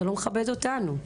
זה לא מכבד אותנו,